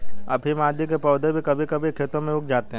अफीम आदि के पौधे भी कभी कभी खेतों में उग जाते हैं